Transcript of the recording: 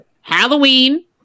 Halloween